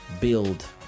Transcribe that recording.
build